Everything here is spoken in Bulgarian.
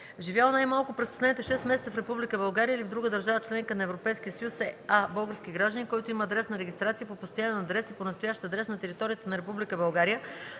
„Живял най-малко през последните три месеца в Република България или в друга държава – членка на Европейския съюз” е: а) български гражданин, който има адресна регистрация по постоянен адрес и по настоящ адрес на територията на